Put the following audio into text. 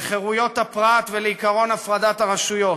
לחירויות הפרט ולעקרון הפרדת הרשויות,